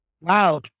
wow